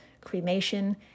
cremation